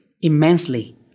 immensely